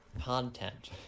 content